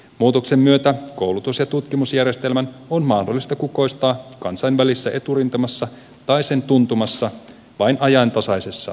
muutoksen myötä koulutus ja tutkimusjärjestelmän on mahdollista kukoistaa kansainvälisessä eturintamassa tai sen tuntumassa vain ajantasaisessa ympäristössä